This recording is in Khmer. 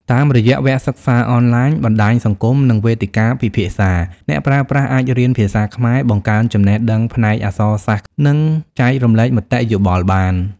តាមរយៈវគ្គសិក្សាអនឡាញ បណ្តាញសង្គម និងវេទិកាពិភាក្សា អ្នកប្រើប្រាស់អាចរៀនភាសាខ្មែរ បង្កើនចំណេះដឹងផ្នែកអក្សរសាស្ត្រ និងចែករំលែកមតិយោបល់បាន។